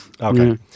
Okay